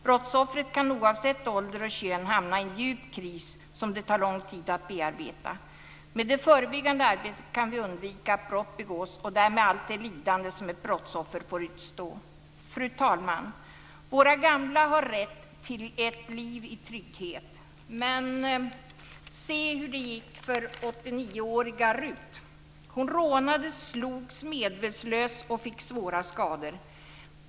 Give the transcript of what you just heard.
Brottsoffret kan oavsett ålder och kön hamna i en djup kris, som det tar lång tid att bearbeta. Med det förebyggande arbetet kan vi undvika att brott begås och därmed allt det lidande som ett brottsoffer får utstå. Fru talman! Våra gamla har rätt till ett liv i trygghet. Men se hur det gick för 89-åriga Ruth! Hon rånades, slogs medvetslös och fick svåra skador.